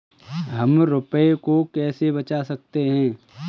हम रुपये को कैसे बचा सकते हैं?